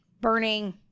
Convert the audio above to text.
burning